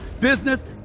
business